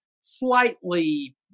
slightly